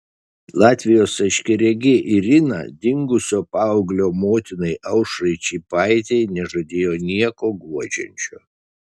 latvijos aiškiaregė irina dingusio paauglio motinai aušrai čypaitei nežadėjo nieko guodžiančio